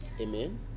Amen